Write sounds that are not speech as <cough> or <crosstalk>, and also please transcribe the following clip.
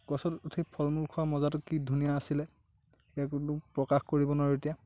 গছত উঠি ফল মূল খোৱাৰ মজাটো কি ধুনীয়া আছিলে <unintelligible> প্ৰকাশ কৰিব নোৱাৰোঁ এতিয়া